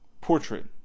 Portrait